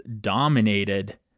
dominated